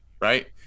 right